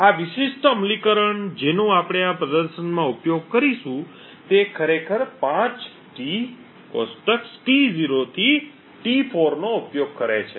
આ વિશિષ્ટ અમલીકરણ જેનો આપણે આ પ્રદર્શનમાં ઉપયોગ કરીશું તે ખરેખર 5 T કોષ્ટકો T0 થી T4 નો ઉપયોગ કરે છે